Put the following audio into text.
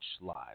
live